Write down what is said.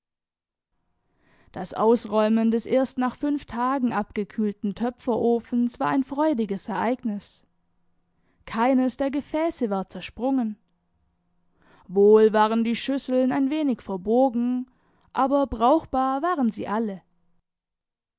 das ausräumen des erst nach fünf tagen abgekühlten töpferofens war ein freudiges ereignis keines der gefäße war zersprungen wohl waren die schüsseln ein wenig verbogen aber brauchbar waren sie alle